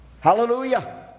Hallelujah